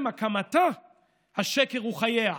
ממשלה שהוקמה בשקר ובהונאה,